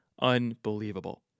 unbelievable